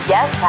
Yes